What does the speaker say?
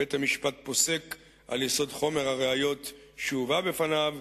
בית-המשפט פוסק על יסוד חומר הראיות שהובא בפניו,